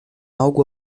algo